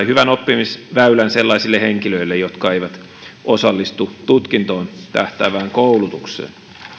hyvän oppimisväylän sellaisille henkilöille jotka eivät osallistu tutkintoon tähtäävään koulutukseen